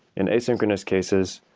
in asynchronous cases,